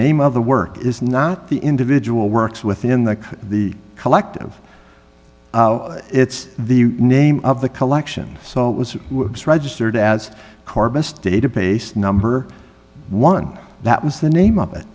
name of the work is not the individual works within the the collective it's the name of the collection so it was registered as corpus database number one that was the name of it